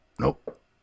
Nope